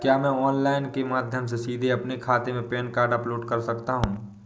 क्या मैं ऑनलाइन के माध्यम से सीधे अपने खाते में पैन कार्ड अपलोड कर सकता हूँ?